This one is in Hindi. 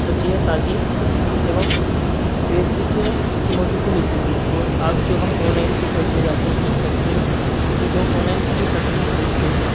सब्ज़ियाँ ताजी एवम वेस्तित्व कीमतों से मिलती थी और अब जो हम ऑनलाइन से खरीदने जाते हैं सब्ज़ियाँ तो जो ऑनलाइन से सब्ज़ियाँ खरीदते हैं